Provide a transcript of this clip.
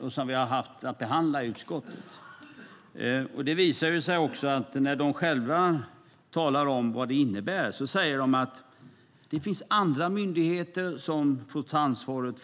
och som vi har haft att behandla i utskottet. Det visar sig att när de själva talar om vad det innebär säger de att det finns andra myndigheter som får ta ansvaret.